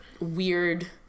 weird